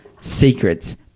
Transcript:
Secrets